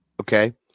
Okay